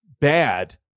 bad